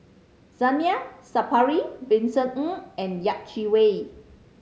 Zainal Sapari Vincent Ng and Yeh Chi Wei